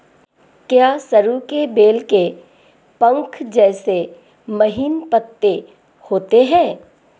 क्या सरु के बेल के पंख जैसे महीन पत्ते होते हैं?